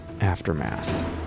aftermath